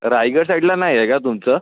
रायगड साईडला नाही आहे का तुमचं